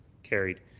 carried.